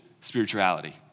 spirituality